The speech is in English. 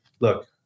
look